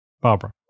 Barbara